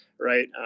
right